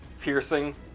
Piercing